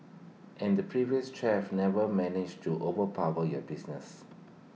and the previous chef never managed to overpower your business